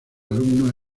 alumno